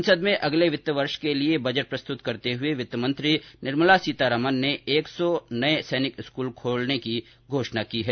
संसद में अगले वित्तीय वर्ष के लिए बजट प्रस्तुत करते हुए वित्त मंत्री निर्मला सीतारामन ने एक सौ नए सैनिक स्कूल खोलने की घोषणा की है